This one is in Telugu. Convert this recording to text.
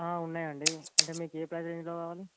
ఉన్నాయండి అంటే మీకు ఏ ప్రైజ్వి కావాలి